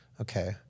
Okay